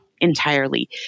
entirely